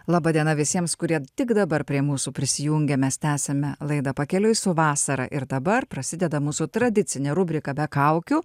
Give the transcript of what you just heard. laba diena visiems kurie tik dabar prie mūsų prisijungia mes tęsiame laidą pakeliui su vasara ir dabar prasideda mūsų tradicinė rubrika be kaukių